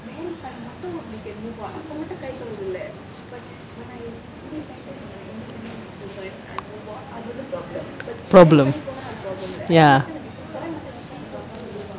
problem ya